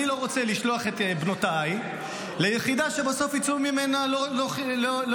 אני לא רוצה לשלוח את בנותיי ליחידה שבסוף יצאו ממנה לא חילוניות.